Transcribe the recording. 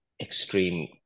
extreme